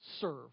Serve